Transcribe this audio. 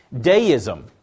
Deism